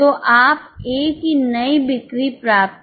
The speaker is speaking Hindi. तो आप ए की नई बिक्री प्राप्त कर सकते हैं